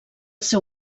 seu